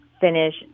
finish